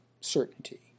Certainty